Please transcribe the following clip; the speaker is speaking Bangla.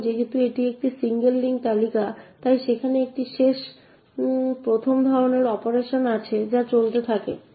এখন যেহেতু এটি একটি সিঙ্গেল লিঙ্ক তালিকা তাই সেখানে একটি শেষ প্রথম ধরনের অপারেশন আছে যা চলতে থাকে